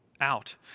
out